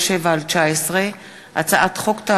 פ/2837/19 וכלה בהצעת חוק פ/2849/19,